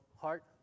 heart